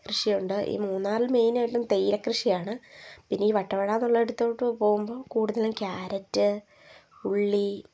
കൃഷിയുണ്ട് ഈ മൂന്നാറിൽ മെയിനായിട്ടും തേയില കൃഷിയാണ് പിന്നെ ഈ വട്ടവട എന്നുള്ളിടത്തോട്ട് പോകുമ്പോള് കൂടുതലും കാരറ്റ് ഉള്ളി